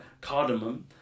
cardamom